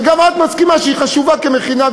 שגם את מסכימה שהיא חשובה כמכינה,